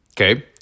Okay